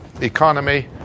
economy